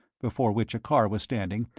before which a car was standing,